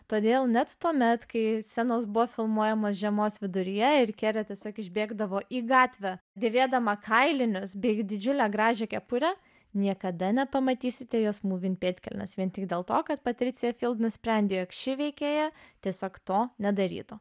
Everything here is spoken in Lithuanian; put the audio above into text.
todėl net tuomet kai scenos buvo filmuojamos žiemos viduryje ir kere tiesiog išbėgdavo į gatvę dėvėdama kailinius bei didžiulę gražią kepurę niekada nepamatysite jos mūvint pėdkelnes vien tik dėl to kad patricija nusprendė jog ši veikėja tiesiog to nedarytų